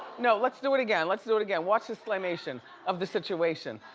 no, let's do it again, let's do it again. watch the slam-ation of the situation.